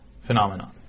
phenomenon